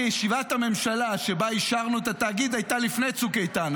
כי ישיבת הממשלה שבה אישרנו את התאגיד הייתה לפני צוק איתן,